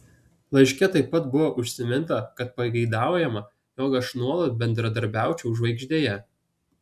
laiške taip pat buvo užsiminta kad pageidaujama jog aš nuolat bendradarbiaučiau žvaigždėje